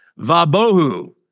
Vabohu